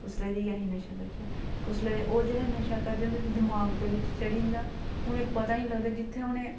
कुसलै जाइयै नशा करचै कुसलै होर जेह्ड़ा नशा जेह्ड़े तुं'दे दिमाग दे बिच्च चढ़ी जंदा उ'नेंगी पता गै नेईं चलदा जित्थे उनें